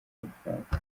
bufaransa